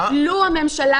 לו הממשלה,